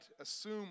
assume